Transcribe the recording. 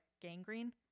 gangrene